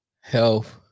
health